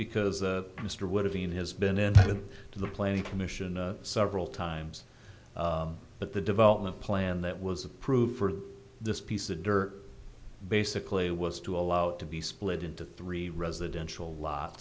because mr would have been has been in the planning commission of several times but the development plan that was approved for this piece of dirt basically was to allow it to be split into three residential lot